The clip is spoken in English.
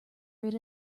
rid